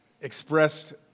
expressed